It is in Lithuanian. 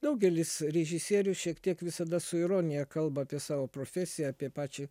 daugelis režisierių šiek tiek visada su ironija kalba apie savo profesiją apie pačią